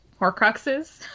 Horcruxes